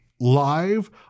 Live